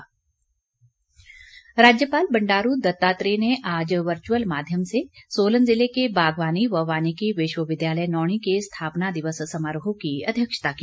स्थापना दिवस राज्यपाल बंडारू दत्तात्रेय ने आज वर्चुअल माध्यम से सोलन ज़िले के बागवानी व वानिकी विश्वविद्यालय नौणी के स्थापना दिवस समारोह की अध्यक्षता की